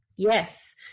Yes